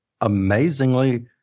amazingly